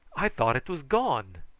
i thought it was gone.